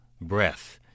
breath